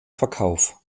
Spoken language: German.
verkauf